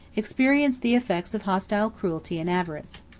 experienced the effects of hostile cruelty and avarice.